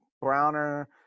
Browner